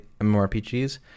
MMORPGs